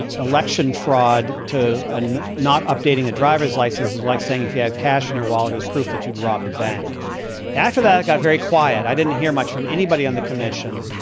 election fraud to an not updating a driver's license is like saying if you have cash in your wallet is proof that you'd robbed a bank after that, i got very quiet. i didn't hear much from anybody on the commission.